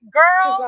girl